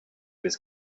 his